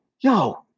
yo